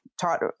taught